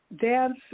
dance